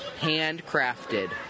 handcrafted